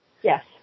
Yes